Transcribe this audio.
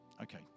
Okay